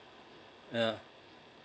yeah